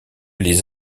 les